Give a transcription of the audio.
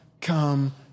come